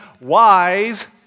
wise